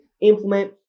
implement